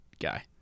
guy